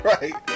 Right